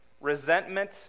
resentment